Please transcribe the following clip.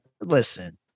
listen